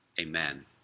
Amen